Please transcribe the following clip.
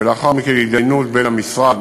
ולאחר מכן הידיינות בין המשרד,